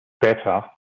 better